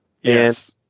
Yes